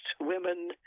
women